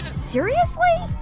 seriously?